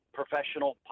professional